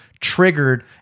triggered